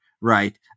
right